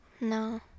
No